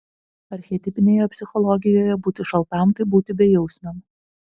archetipinėje psichologijoje būti šaltam tai būti bejausmiam